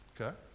Okay